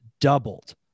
doubled